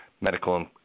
medical